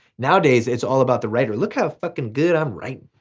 nowadays it's all about the writer. look how fucking good i'm writing.